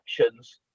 actions